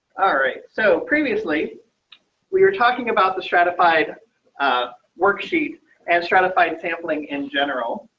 alright. so previously we were talking about the stratified worksheet and stratified sampling in general.